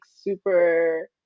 super